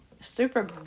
super